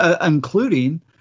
including